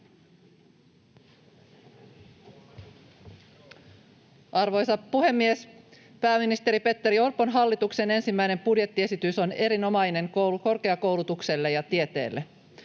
Arvoisa puhemies! Pääministeri Petteri Orpon hallituksen ensimmäinen budjettiesitys on erinomainen korkeakoulutukselle ja tieteelle.